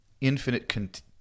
infinite